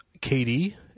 Katie